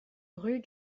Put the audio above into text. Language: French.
rue